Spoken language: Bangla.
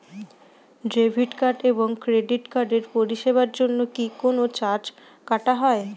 ডেবিট কার্ড এবং ক্রেডিট কার্ডের পরিষেবার জন্য কি কোন চার্জ কাটা হয়?